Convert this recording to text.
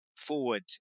Forward